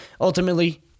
ultimately